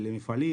המפעלים.